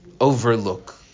overlook